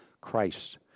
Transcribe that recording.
Christ